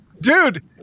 Dude